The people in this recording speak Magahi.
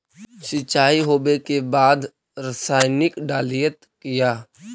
सीचाई हो बे के बाद रसायनिक डालयत किया?